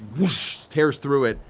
tears through it.